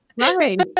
Right